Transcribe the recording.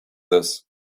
this